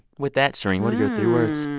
with that, shereen, what are your three words?